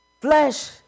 Flesh